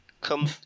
Come